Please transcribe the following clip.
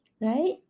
right